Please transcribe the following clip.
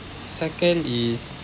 second is